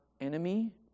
enemy